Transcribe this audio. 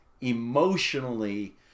emotionally